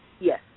Yes